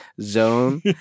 zone